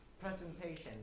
presentation